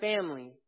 family